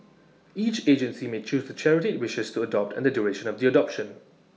each agency may choose charity IT wishes to adopt and the duration of the adoption